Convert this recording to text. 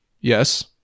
Yes